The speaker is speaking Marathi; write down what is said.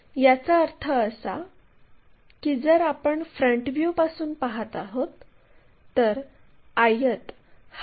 तर हे p आहे आणि हे r आहे हा आर्क काढला